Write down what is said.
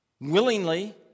willingly